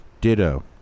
Ditto